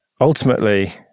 ultimately